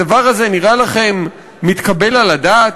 הדבר הזה נראה לכם מתקבל על הדעת?